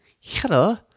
Hello